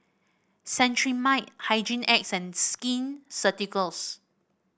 Cetrimide Hygin X and Skin Ceuticals